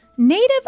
Native